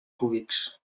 cúbics